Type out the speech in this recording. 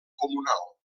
comunal